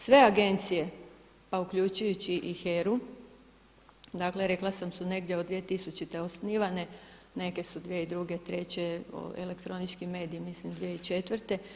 Sve agencije pa uključujući i HERA-u, dakle rekla sam su negdje od 2000. osnivane, neke su 2002., treće, elektronički mediji mislim 2004.